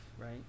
right